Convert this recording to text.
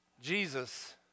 Jesus